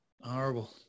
horrible